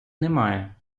немає